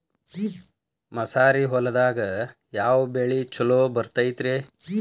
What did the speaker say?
ಮಸಾರಿ ಹೊಲದಾಗ ಯಾವ ಬೆಳಿ ಛಲೋ ಬರತೈತ್ರೇ?